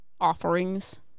offerings